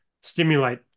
stimulate